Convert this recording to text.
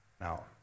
Now